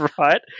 right